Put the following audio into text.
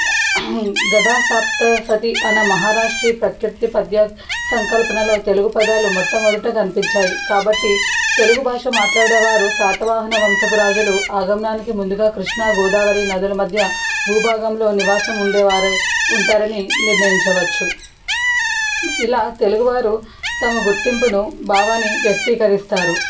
గత సప్త సతీ అనే రాష్ట్రి ప్రక్యర్తి పద్య సంకల్పనలో తెలుగు పదాలు మొట్టమొదట కనిపించాయి కాబట్టి తెలుగు భాష మాట్లాడేవారు శాతవాహన వంశపు రాజులు ఆగమనానికి ముందుగా కృష్ణ గోదావరి నదుల మధ్య భూభాగంలో నివాసం ఉండేవారే ఉంటారని నిర్ణయించవచ్చు ఇలా తెలుగువారు తమ గుర్తింపును భావాన్ని వ్యక్తీకరిస్తారు